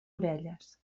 orelles